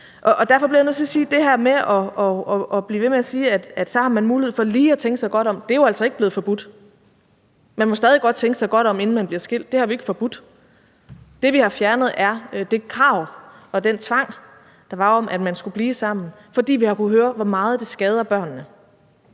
jeg, når man bliver ved med at sige, at de så har mulighed for lige at tænke sig godt om, nødt til at sige, at det jo altså ikke er blevet forbudt. Man må stadig godt tænke sig godt om, inden man bliver skilt. Det har vi ikke forbudt. Det, vi har fjernet, er det krav og den tvang, der var, om, at man skulle blive sammen, fordi vi har kunnet høre, hvor meget det skader børnene.